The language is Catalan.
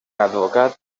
advocat